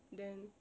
then